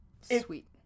Sweet